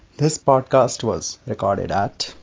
this podcast was recorded at.